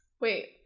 Wait